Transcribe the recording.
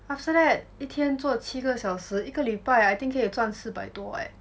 after that 一天做七个小时一个礼拜 I think 可以赚四百多 eh